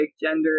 gender